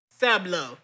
Sablo